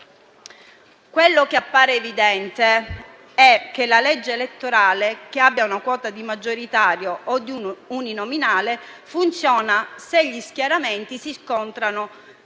Quello che appare evidente è che la legge elettorale, con una quota di maggioritario o di uninominale, funziona se gli schieramenti che si scontrano